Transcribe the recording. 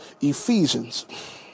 Ephesians